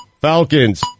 Falcons